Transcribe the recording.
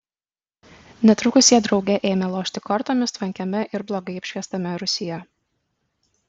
netrukus jie drauge ėmė lošti kortomis tvankiame ir blogai apšviestame rūsyje